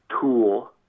tool